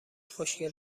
خوشگل